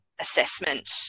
assessment